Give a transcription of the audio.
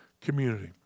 community